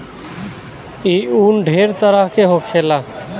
ई उन ढेरे तरह के होखेला